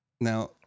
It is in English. Now